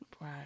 Right